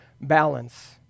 balance